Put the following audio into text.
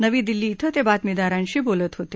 नवी दिल्ली इथं ते बातमीदारांशी बोलत होते